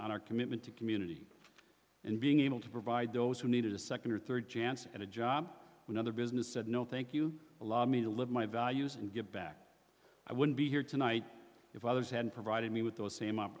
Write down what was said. on our commitment to community and being able to provide those who needed a second or third chance at a job when other business said no thank you a lot me to live my values and give back i wouldn't be here tonight if others had provided me with those same